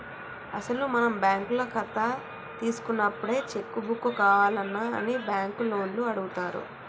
అసలు మనం బ్యాంకుల కథ తీసుకున్నప్పుడే చెక్కు బుక్కు కావాల్నా అని బ్యాంకు లోన్లు అడుగుతారు